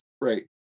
right